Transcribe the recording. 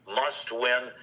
must-win